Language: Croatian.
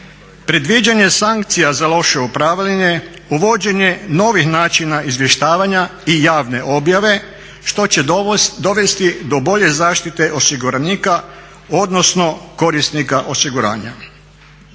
predviđanje sankcija za loše upravljanje, uvođenje novih načina izvještavanja i javne objave što će dovesti do bolje zaštite osiguranika odnosno korisnika osiguranja.